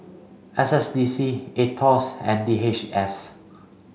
S S D C AETOS and D H S